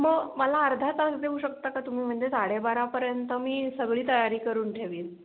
मग मला अर्धा तास देऊ शकता का तुम्ही म्हणजे साडे बारापर्यंत मी सगळी तयारी करून ठेवीन